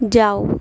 جاؤ